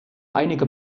einige